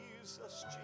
Jesus